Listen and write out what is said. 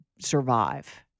survive